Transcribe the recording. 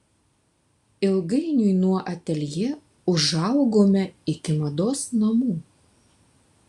ilgainiui nuo ateljė užaugome iki mados namų